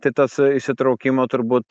tai tas įsitraukimo turbūt